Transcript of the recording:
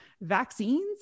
vaccines